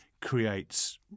creates